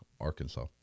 Arkansas